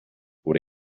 por